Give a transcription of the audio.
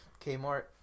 Kmart